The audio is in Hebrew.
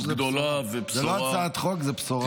זאת לא הצעת חוק, זאת בשורה.